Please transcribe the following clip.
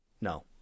No